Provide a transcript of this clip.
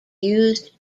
used